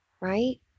right